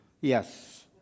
Yes